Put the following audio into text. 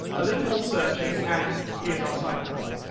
a little more searching, and here's our cybercriminal.